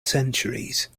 centuries